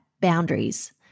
boundaries